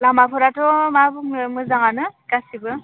लामाफोराथ' मा बुंनो मोजाङानो गासिबो